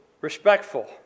respectful